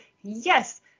Yes